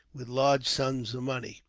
with large sums of money.